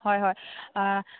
হয় হয়